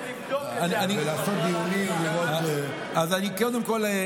אז קודם כול,